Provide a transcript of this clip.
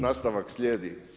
Nastavak slijedi.